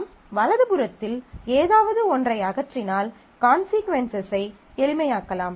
நாம் வலது புறத்தில் ஏதாவது ஒன்றை அகற்றினால் கான்சீக்குவன்சஸை எளிமையாக்கலாம்